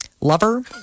Lover